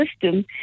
system